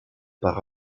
par